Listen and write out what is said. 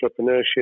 entrepreneurship